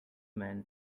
mend